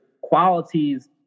qualities